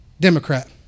Democrat